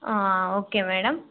okay madam